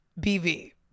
BV